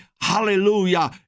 Hallelujah